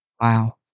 wow